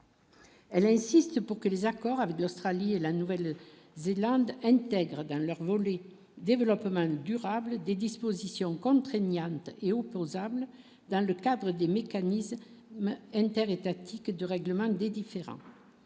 Elle insiste pour que les accords avec l'Australie et la Nouvelle Zélande intègrent dans leur volée développement durable des dispositions contraignantes et opposable dans le cadre des mécanismes inter-étatiques et de règlement des différends.